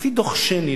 לפי דוח-שיינין,